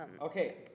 Okay